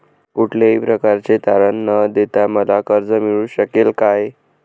कुठल्याही प्रकारचे तारण न देता मला कर्ज मिळू शकेल काय?